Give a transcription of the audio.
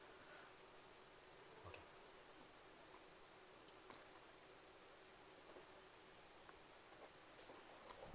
okay